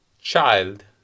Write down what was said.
child